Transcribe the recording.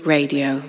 Radio